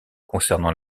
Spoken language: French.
concernant